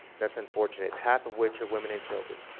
that's unfortunate half of which are women and children.